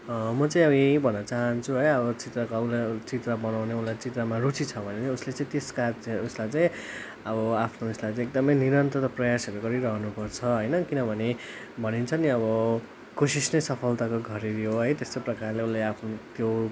म चाहिँ अब यही भन्नु चाहन्छु है अब चित्र चित्र बनाउने उसलाई चित्रमा रुचि छ भने नि उसले चाहिँ त्यसकारण चाहिँ उसलाई चाहिँ अब आफ्नो उयेसलाई चाहिँ निरन्तरता प्रयासहरू गरिरहनु पर्छ होइन किनभने भनिन्छ नि अब कोसिस नै सफलताको घरेडी हो है त्यस्तो प्रकारले उसले आफ्नो त्यो